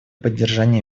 поддержания